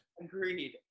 Agreed